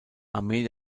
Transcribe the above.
armee